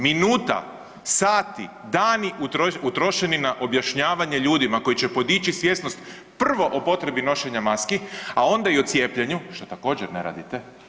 Minuta, sati, dani utrošeni na objašnjavanje ljudima koji će podići svjesnost prvo o potrebi nošenja maski, a onda i o cijepljenju što također ne radite.